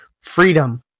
freedom